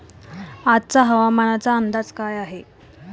आजचा हवामानाचा अंदाज काय आहे?